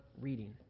reading